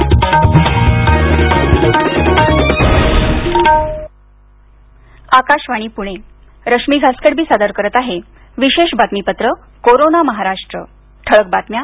वारःबूधवार आकाशवाणी पुणे रश्मी घासकडबी सादर करत आहे विशेष बातमीपत्र कोरोना महाराष्ट्र ठळक बातम्या